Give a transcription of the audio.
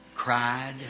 cried